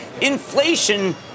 Inflation